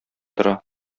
тора